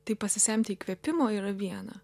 tai pasisemti įkvėpimo yra viena